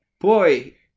boy